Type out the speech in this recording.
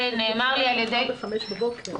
--- מחר ב-05:00 בבוקר.